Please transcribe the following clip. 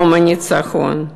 יום הניצחון.